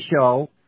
Show